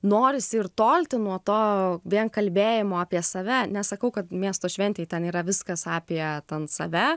norisi ir tolti nuo to vien kalbėjimo apie save nesakau kad miesto šventėj ten yra viskas apie ten save